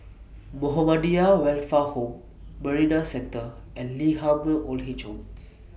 Muhammadiyah Welfare Home Marina Centre and Lee Ah Mooi Old Age Home